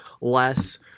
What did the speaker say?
less